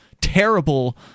terrible